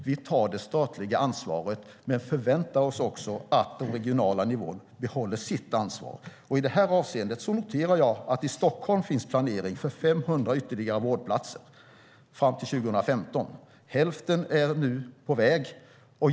Vi tar det statliga ansvaret, men vi förväntar oss också att den regionala nivån behåller sitt ansvar. I detta avseende noterar jag att det i Stockholm finns planering för 500 ytterligare vårdplatser fram till 2015. Hälften är nu på väg.